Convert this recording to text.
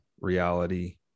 reality